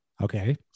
Okay